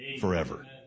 forever